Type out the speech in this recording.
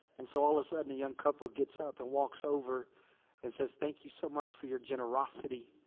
and so all the sudden the young couple gets up and walks over and says, thank you so much for your generosity.